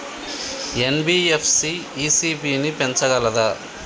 NBFC ECB ని పెంచగలదా?